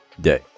day